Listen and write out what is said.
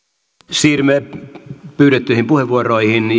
siirrymme pyydettyihin puheenvuoroihin